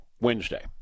Wednesday